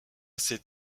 assez